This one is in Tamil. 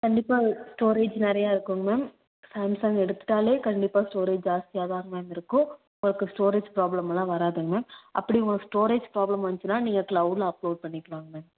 கண்டிப்பாக ஸ்டோரேஜ் நிறையா இருக்குதுங்க மேம் சாம்சங் எடுத்துகிட்டாலே கண்டிப்பாக ஸ்டோரேஜ் ஜாஸ்தியாக தாங்க மேம் இருக்கும் உங்களுக்கு ஸ்டோரேஜ் ப்ராப்ளம் எல்லாம் வராதுங்க மேம் அப்படி உங்களுக்கு ஸ்டோரேஜ் ப்ராப்ளம் வந்துச்சின்னா நீங்கள் கிளவுட்ல அப்லோடு பண்ணிக்கிலாங்க மேம்